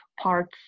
parts